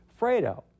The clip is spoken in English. Fredo